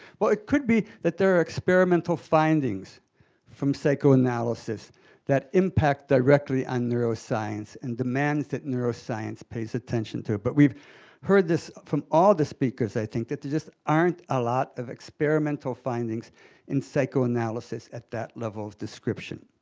well, it could be that there are experimental findings from psychoanalysis that impact directly on neuroscience and demands that neuroscience pays attention to it, but we've heard this from all the speakers, i think, that there just aren't a lot of experimental findings in psychoanalysis at that level of description.